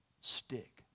stick